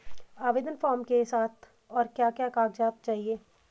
आवेदन फार्म के साथ और क्या क्या कागज़ात चाहिए?